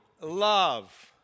love